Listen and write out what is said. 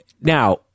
now